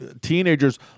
teenagers